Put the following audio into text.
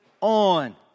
on